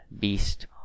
beast